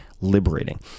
liberating